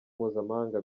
mpuzamahanga